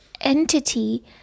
entity